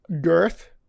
girth